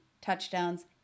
touchdowns